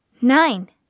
Nine